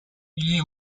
gli